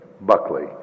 Buckley